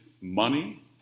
money